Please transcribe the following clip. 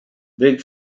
big